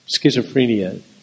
schizophrenia